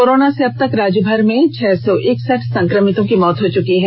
corona से अब तक राज्यभर में छह सौ इकसठ संक्रमितों की मौत हो चुकी है